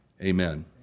amen